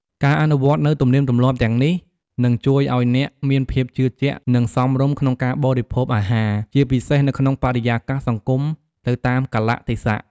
ការអនុវត្តនូវទំនៀមទម្លាប់ទាំងនេះ នឹងជួយឱ្យអ្នកមានភាពជឿជាក់ និងសមរម្យក្នុងការបរិភោគអាហារ ជាពិសេសនៅក្នុងបរិយាកាសសង្គម ទៅតាមកាលៈទេសៈ។